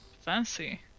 Fancy